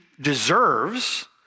deserves